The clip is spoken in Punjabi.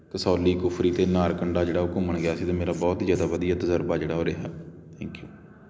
ਕਸੌਲੀ ਕੁਫਰੀ ਅਤੇ ਨਾਰਕੰਡਾ ਜਿਹੜਾ ਉਹ ਘੁੰਮਣ ਗਿਆ ਸੀ ਅਤੇ ਮੇਰਾ ਬਹੁਤ ਜ਼ਿਆਦਾ ਵਧੀਆ ਤਜ਼ਰਬਾ ਜਿਹੜਾ ਉਹ ਰਿਹਾ ਥੈਂਕ ਯੂ